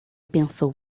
pensou